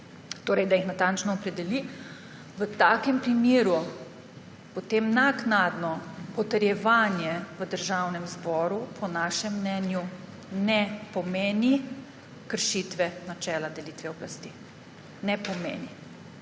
da jih natančno opredeli – v takem primeru potem naknadno potrjevanje v Državnem zboru po našem mnenju ne pomeni kršitve načela delitve oblasti. Ne pomeni.